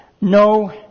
no